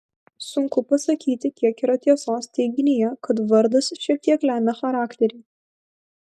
sunku pasakyti kiek yra tiesos teiginyje kad vardas šiek tiek lemia charakterį